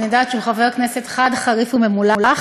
ואני יודעת שהוא חבר כנסת חד, חריף וממולח,